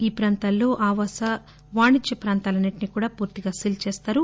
ఈ ప్రాంతాల్లో ఆవాస వాణిజ్య ప్రాంతాలన్ని ంటినీ కూడా పూర్తిగా సీల్ చేస్తారు